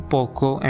Poco